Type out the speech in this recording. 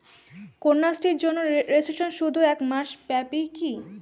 কন্যাশ্রীর জন্য রেজিস্ট্রেশন শুধু এক মাস ব্যাপীই কি?